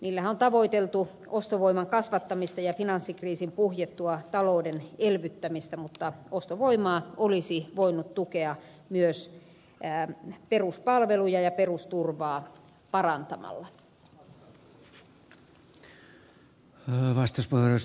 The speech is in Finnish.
niillähän on tavoiteltu ostovoiman kasvattamista ja finanssikriisin puhjettua talouden elvyttämistä mutta ostovoimaa olisi voinut tukea myös peruspalveluja ja perusturvaa parantamalla